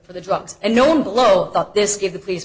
for the drugs and no blow up this give the police